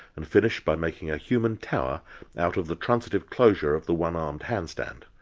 and finish by making a human tower out of the transitive closure of the one-armed handstand.